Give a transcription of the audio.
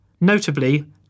notably